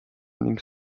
ning